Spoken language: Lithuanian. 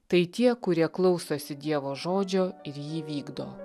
tai tie kurie klausosi dievo žodžio ir jį vykdo